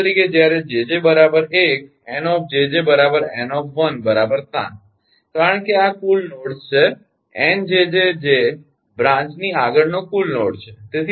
ઉદાહરણ તરીકે જ્યારે 𝑗𝑗 1 𝑁𝑗𝑗 𝑁 7 કારણ કે આ કુલ નોડ્સ છે N jj એ બ્રાંચની આગળનો કુલ નોડ છે